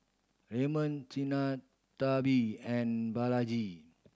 Raman Sinnathamby and Balaji